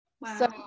Wow